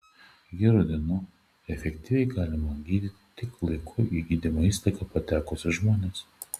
hirudinu efektyviai galima gydyti tik laiku į gydymo įstaigą patekusius žmones